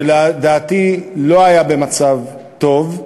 לדעתי לא במצב טוב.